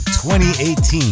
2018